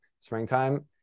Springtime